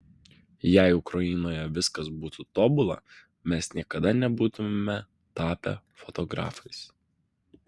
jei ukrainoje viskas būtų tobula mes niekada nebūtumėme tapę fotografais